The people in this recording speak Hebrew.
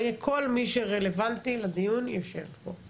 כל מי שרלוונטי לדיון יושב פה.